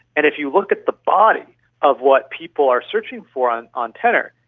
and if you look at the body of what people are searching for on on tenor,